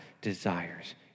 desires